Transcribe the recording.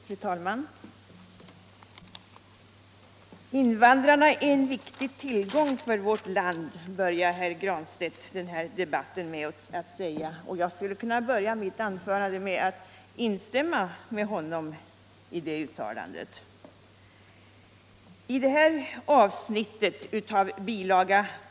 Fru talman! Invandrarna är en viktig tillgång för vårt land, började herr Granstedt den här debatten med att säga, och jag skulle kunna börja mitt anförande med att instämma i det uttalandet. I det avsnitt av bil.